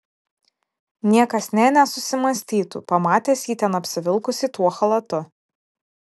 niekas nė nesusimąstytų pamatęs jį ten apsivilkusį tuo chalatu